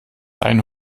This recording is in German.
dein